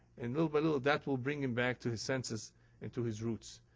and little by little that will bring him back to his senses and to his roots.